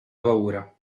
paura